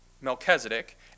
Melchizedek